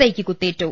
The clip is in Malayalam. ഐക്ക് കുത്തേറ്റു